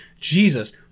Jesus